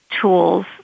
tools